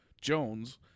Jones